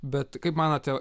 bet kaip manote